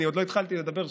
עוד לא התחלתי לדבר,